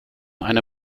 eine